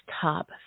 top